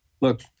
look